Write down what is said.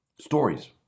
Stories